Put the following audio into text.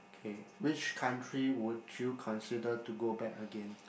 okay which country would you consider to go back again